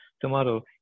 Tomorrow